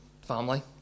family